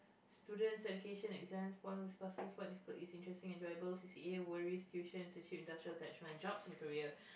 students education exams classes what difficult is interesting enjoyable C_C_A worries industrial attachments jobs and career